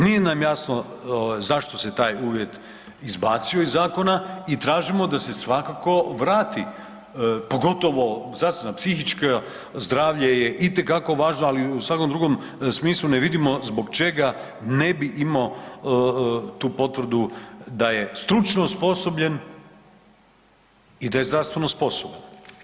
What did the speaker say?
Nije nam jasno zašto se taj uvjet izbacio iz zakona i tražimo da se svakako vrati, pogotovo zdravstvena, psihička, zdravlja je itekako važno, ali u svakom drugom smislu ne vidimo zbog čega ne bi imao tu potvrdu da je stručno osposobljen i da je zdravstveno sposoban.